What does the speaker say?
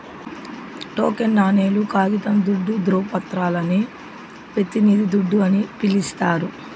token నాణేలు, కాగితం దుడ్డు, దృవపత్రాలని పెతినిది దుడ్డు అని పిలిస్తారు